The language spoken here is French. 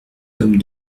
tome